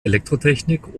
elektrotechnik